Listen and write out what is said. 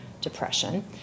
depression